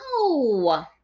no